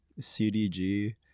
cdg